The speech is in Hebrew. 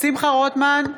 שמחה רוטמן,